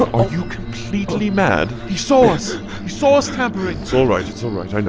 are you completely mad? he saw us. he saw us tampering. it's all right. it's all right. i know.